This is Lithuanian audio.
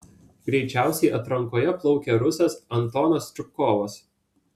greičiausiai atrankoje plaukė rusas antonas čupkovas